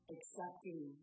Accepting